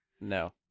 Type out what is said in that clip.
No